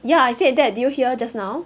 ya I said that did you hear just now